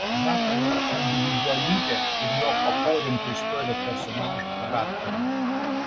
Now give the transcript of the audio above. rapolo individualybė ir jo paporintų istorijų personažų charakteriai